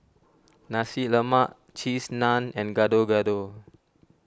Nasi Lemak Cheese Naan and Gado Gado